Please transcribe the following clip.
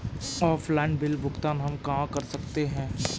Offline bill भुगतान हम कहां कर सकते हैं?